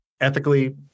ethically